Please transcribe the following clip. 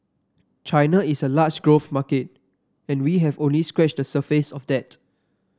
China is a large growth market and we have only scratched the surface of that